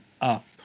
Up